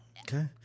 Okay